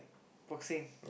boxing